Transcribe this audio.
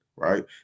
right